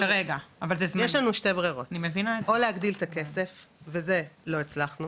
יש לנו שתי ברירות: או להגדיל את הכסף וזה לא הצלחנו